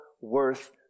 worth